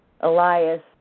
Elias